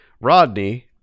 Rodney